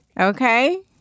okay